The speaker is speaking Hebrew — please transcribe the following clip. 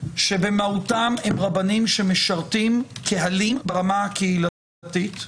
שבמהותם הם רבנים שמשרתים קהלים ברמה הקהילתית,